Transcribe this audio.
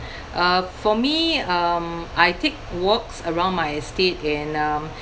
uh for me um I take walks around my estate and um